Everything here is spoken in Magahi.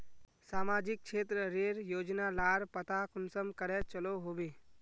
सामाजिक क्षेत्र रेर योजना लार पता कुंसम करे चलो होबे?